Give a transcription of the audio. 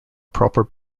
proper